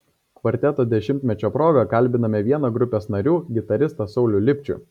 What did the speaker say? kvarteto dešimtmečio proga kalbiname vieną grupės narių gitaristą saulių lipčių